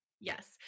yes